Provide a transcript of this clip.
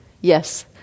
Yes